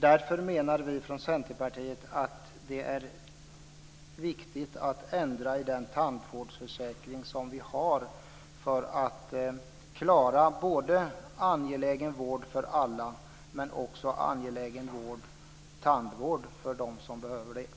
Därför menar vi från Centerpartiet att det är viktigt att ändra i den tandvårdsförsäkring som vi har för att klara både angelägen vård för alla och angelägen tandvård för dem som behöver det.